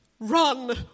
Run